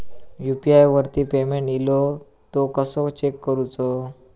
UPI वरती payment इलो तो कसो चेक करुचो?